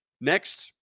Next